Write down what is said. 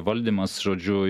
valdymas žodžiu